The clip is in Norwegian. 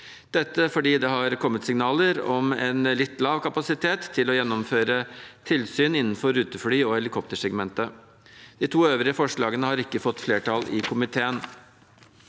Det er fordi det har kommet signaler om en litt lav kapasitet til å gjennomføre tilsyn innenfor rutefly- og helikoptersegmentet. De to øvrige forslagene har ikke fått flertall i komiteen.